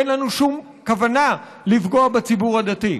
אין לנו שום כוונה לפגוע בציבור הדתי.